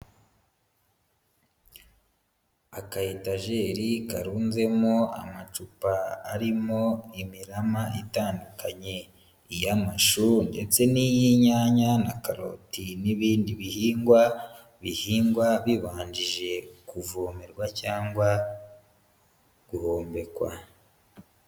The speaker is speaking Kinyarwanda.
Akayetajeri karunzemo amacupa arimo imirama itandukanye, iy'amashu ndetse n'iy'inyanya na karoti n'ibindi bihingwa bihingwa bibanjije kuvomerwa cyangwa guhombekwa.